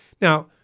Now